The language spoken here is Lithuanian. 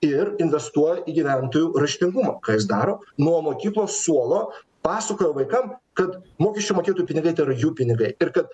ir investuoja į gyventojų raštingumą ką jis daro nuo mokyklos suolo pasakoja vaikam kad mokesčių mokėtojų pinigai tai yra jų pinigai ir kad